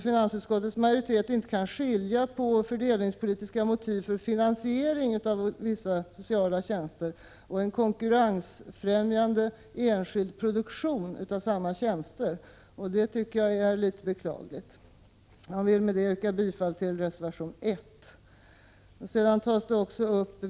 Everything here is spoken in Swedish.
Finansutskottets majoritet kan faktiskt inte skilja mellan fördelningspolitiska motiv för finansieringen av vissa sociala tjänster och en konkurrensfrämjande enskild produktion av samma tjänster. Det tycker jag är litet beklagligt. Jag vill med detta yrka bifall till reservation 1.